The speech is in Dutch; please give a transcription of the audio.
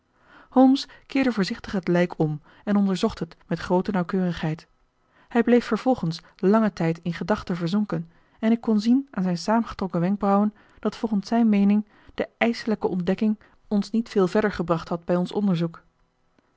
holmes keerde voorzichtig het lijk om en onderzocht het met groote nauwkeurigheid hij bleef vervolgens langen tijd in gedachten verzonken en ik kon zien aan zijn saamgetrokken wenkbrauwen dat volgens zijn meening de ijselijke ontdekking ons niet veel verder gebracht had bij ons onderzoek